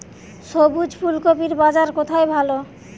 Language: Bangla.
সবুজ ফুলকপির বাজার কোথায় ভালো?